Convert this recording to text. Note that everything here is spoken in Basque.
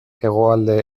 hegoalde